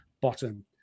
bottom